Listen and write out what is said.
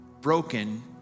broken